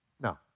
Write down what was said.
No